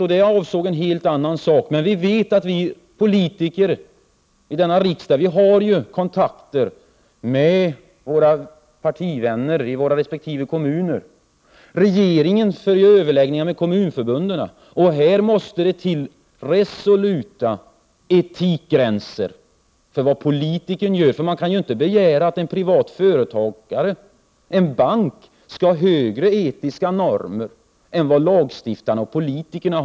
Men då avsågs en helt annan sak. Vi politiker i riksdagen har ju kontakt med partivänner i resp. kommun. Dessutom har regeringen överläggningar med kommunförbunden. Det måste sättas resoluta etiska gränser för politikernas verksamhet. Man kan ju inte ställa högre etiska krav på en privat företagare eller en bank än man ställer på lagstiftarna, politikerna.